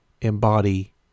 embody